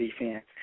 defense